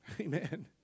Amen